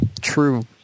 True